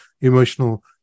emotional